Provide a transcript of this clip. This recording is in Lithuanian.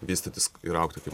vystytis ir augti kaip